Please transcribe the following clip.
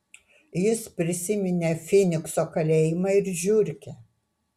jis prisiminė fynikso kalėjimą ir žiurkę